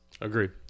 Agreed